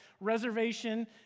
reservation